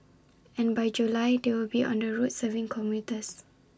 and by July they will be on the roads serving commuters